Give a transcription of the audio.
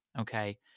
Okay